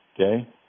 okay